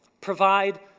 provide